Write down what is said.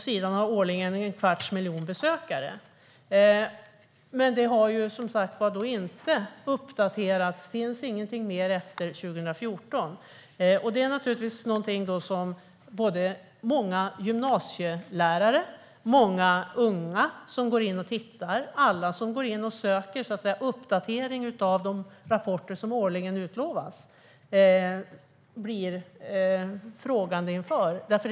Sidan har årligen en kvarts miljon besökare. Men detta har, som sagt, inte uppdaterats efter 2014. Många gymnasielärare, unga och andra som går in och söker efter årliga uppdateringar av de rapporter som utlovats blir frågande inför detta.